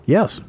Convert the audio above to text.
Yes